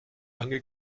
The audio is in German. lange